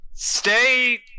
stay